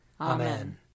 Amen